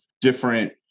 different